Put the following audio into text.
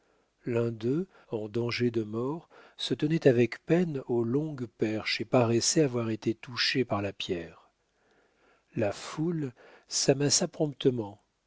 l'un d'eux en danger de mort se tenait avec peine aux longues perches et paraissait avoir été touché par la pierre la foule s'amassa promptement